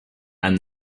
and